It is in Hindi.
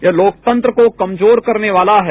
यह लोकतंत्र को कमजोर करने वाला है